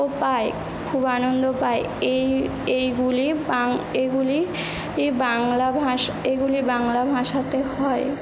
ও পায় খুব আনন্দ পায় এই এইগুলি এগুলি এই বাংলা ভাষা এইগুলি বাংলা ভাষাতে হয়